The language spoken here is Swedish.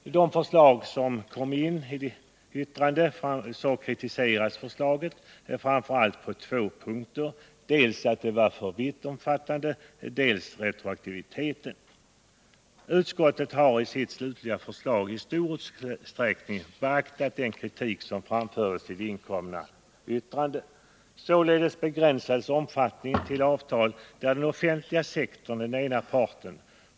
I de yttranden som kom in kritiserades förslaget framför allt på två punkter. Dels kritiserades att förslaget var för vittomfattande, dels kritiserades retroaktiviteten. Utskottet har med sitt slutliga förslag i stor utsträckning beaktat den kritik som framfördes i de inkomna yttrandena. Således begränsades omfattningen till avtal där den offentliga sektorn är den ena parten.